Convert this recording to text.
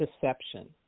deception